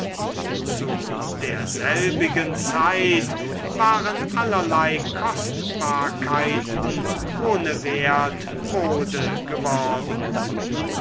zu derselbigen zeit waren allerlei kostbarkeiten ohne wert mode geworden